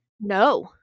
No